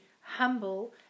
humble